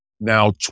now